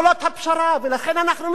ולכן אנחנו מזדעקים על ההתנחלויות,